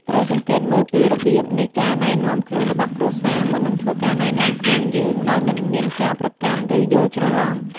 ត្រូវសង្កេតមើលពីរបៀបនៃការណែនាំខ្លួនរបស់គ្រួសារ មុននឹងធ្វើការណែនាំខ្លួនយើងដោយមិនមានការប្រកាន់ ឬយល់ច្រឡំ។